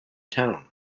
town